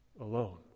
alone